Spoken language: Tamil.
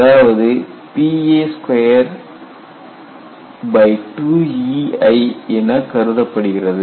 அதாவது Pa22EI என கருதப்படுகிறது